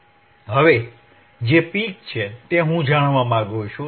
હવે જે પિક છે તે હું જાણવા માંગુ છું